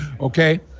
okay